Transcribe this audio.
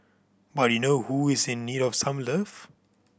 but you know who is in need of some love